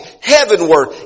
heavenward